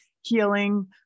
healing